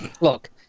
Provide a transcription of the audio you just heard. Look